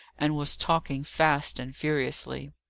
and was talking fast and furiously.